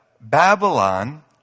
Babylon